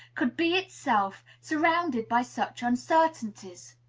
could be itself, surrounded by such uncertainties?